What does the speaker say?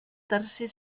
tercer